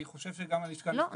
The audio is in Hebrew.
אני חושב שגם הלשכה המשפטית -- לא,